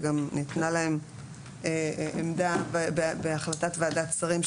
וגם ניתנה להם עמדה בהחלטת ועדת שרים,